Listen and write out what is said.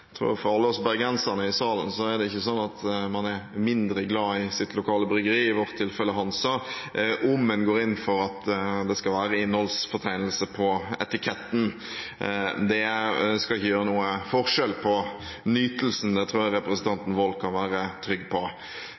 tror at for alle oss bergensere i salen er det ikke sånn at man er mindre glad i sitt lokale bryggeri, i vårt tilfelle Hansa, om en går inn for at det skal være innholdsfortegnelse på etiketten. Det skal ikke gjøre noe forskjell for nytelsen, det tror jeg representanten Wold kan være trygg på.